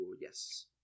yes